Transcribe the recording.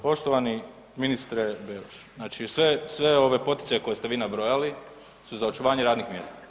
Poštovani ministre Beroš, znači sve ove poticaje koje ste vi nabrojali su za očuvanje radnih mjesta.